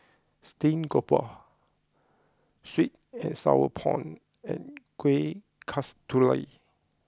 Steamed Grouper Sweet and Sour Prawns and Kueh Kasturi